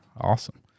Awesome